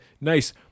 nice